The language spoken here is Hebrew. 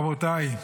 רבותיי,